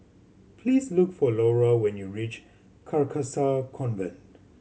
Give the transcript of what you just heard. please look for Laura when you reach Carcasa Convent